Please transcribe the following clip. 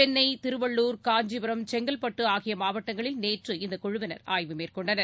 சென்ன திருவள்ளூர் காஞ்சிபுரம் செங்கற்பட்டுஆகியமாவட்டங்களில் நேற்று இந்தக் குழுவினர் ஆய்வு மேற்கொண்டனர்